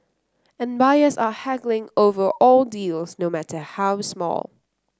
and buyers are haggling over all deals no matter how small